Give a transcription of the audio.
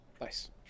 Nice